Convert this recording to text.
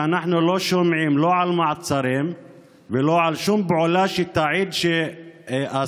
ואנחנו לא שומעים לא על מעצרים ולא על שום פעולה שתעיד שהשר,